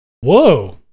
Whoa